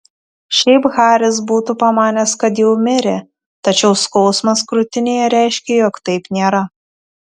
šiaip haris būtų pamanęs kad jau mirė tačiau skausmas krūtinėje reiškė jog taip nėra